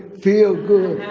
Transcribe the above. feel good,